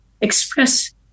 express